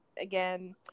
again